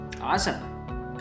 awesome